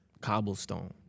Cobblestone